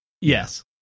Yes